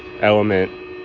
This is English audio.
element